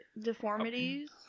deformities